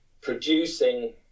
producing